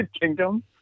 Kingdom